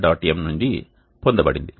m నుండి పొందబడింది